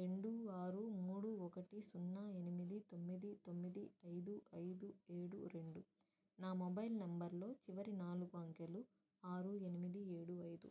రెండు ఆరు మూడు ఒకటి సున్నా ఎనిమిది తొమ్మిది తొమ్మిది ఐదు ఐదు ఏడు రెండు నా మొబైల్ నంబర్లో చివరి నాలుగు అంకెలు ఆరు ఎనిమిది ఏడు ఐదు